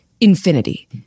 infinity